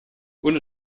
ohne